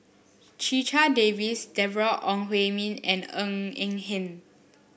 Checha Davies Deborah Ong Hui Min and Ng Eng Hen